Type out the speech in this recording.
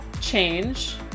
change